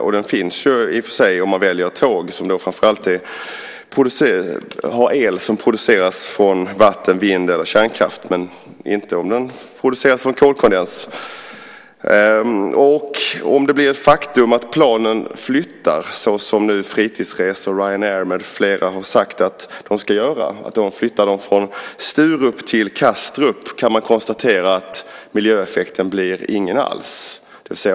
Om man väljer tåg blir det en liten effekt om de drivs av el producerat från vatten, vind eller kärnkraft men inte producerat av kolkondens. Om det blir ett faktum att planen flyttar, såsom Fritidsresor, Ryanair med flera har sagt att de ska göra, från Sturup till Kastrup kan man konstatera att miljöeffekten blir ingen alls.